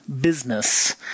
business